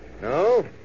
No